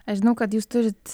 aš žinau kad jūs turit